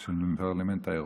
של הפרלמנט האירופי: